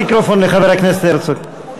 בבקשה, מיקרופון לחבר הכנסת הרצוג.